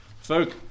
folk